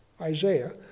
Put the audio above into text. Isaiah